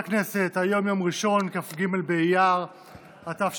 הכנסת 5 מזכירת הכנסת ירדנה מלר-הורוביץ: 5